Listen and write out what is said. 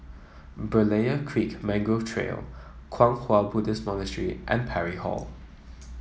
Berlayer Creek Mangrove Trail Kwang Hua Buddhist Monastery and Parry Hall